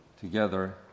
together